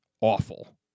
awful